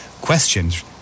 questions